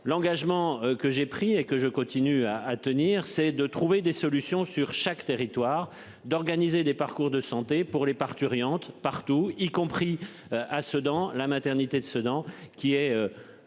l'engagement que j'ai pris et que je continue à à tenir, c'est de trouver des solutions sur chaque territoire d'organiser des parcours de santé pour les parturientes partout y compris à Sedan la maternité de Sedan qui est.